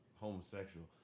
homosexual